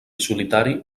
solitari